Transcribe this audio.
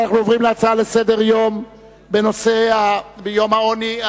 אנחנו עוברים להצעות לסדר-היום בנושא יום העוני,